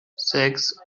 sechs